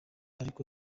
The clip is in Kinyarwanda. ariko